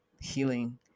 healing